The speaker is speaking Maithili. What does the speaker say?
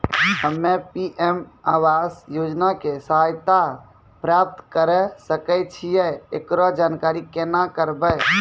हम्मे पी.एम आवास योजना के सहायता प्राप्त करें सकय छियै, एकरो जानकारी केना करबै?